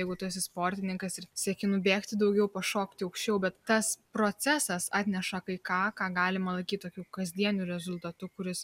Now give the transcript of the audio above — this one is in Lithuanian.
jeigu tu esi sportininkas ir sieki nubėgti daugiau pašokti aukščiau bet tas procesas atneša kai ką ką galima laikyti tokiu kasdieniu rezultatu kuris